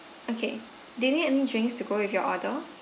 okay do you need any drinks to go with your order